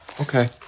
Okay